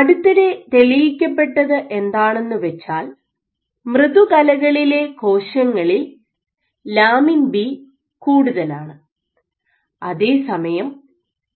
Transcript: അടുത്തിടെ തെളിയിക്കപ്പെട്ടത് എന്താണെന്ന് വെച്ചാൽ മൃദുകലകളിലെ കോശങ്ങളിൽ ലാമിൻ ബി കൂടുതലാണ് അതേസമയം